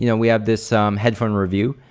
you know we have this headphone review.